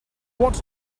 what